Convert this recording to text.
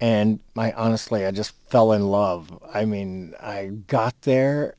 and my honestly i just fell in love i mean i got there